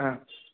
অঁ